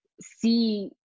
see